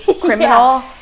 criminal